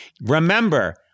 Remember